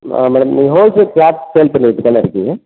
ஆ madam நீங்கள் wholesale cloth sale பண்ணிக்கிட்டு தானே இருக்கீங்க